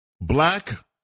Black